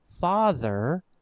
Father